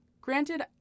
Granted